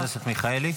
חברת הכנסת מיכאלי,